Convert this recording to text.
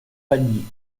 panier